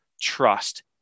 trust